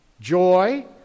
joy